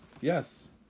yes